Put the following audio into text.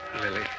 Lily